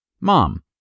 Mom